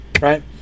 right